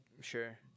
Sure